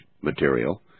material